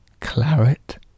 claret